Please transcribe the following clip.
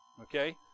Okay